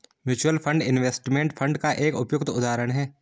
mutual fund investment fund का एक उपयुक्त उदाहरण है